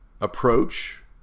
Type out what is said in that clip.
approach